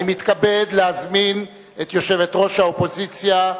אני מתכבד להזמין את יושבת-ראש האופוזיציה,